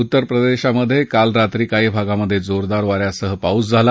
उत्तर प्रदर्यात काल रात्री काही भागात जोरदार वा यासह पाऊस झाला